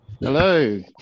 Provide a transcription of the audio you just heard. Hello